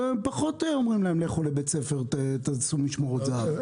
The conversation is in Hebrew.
פחות אומרים להם שיילכו לבית ספר לעשות משמרות זה"ב.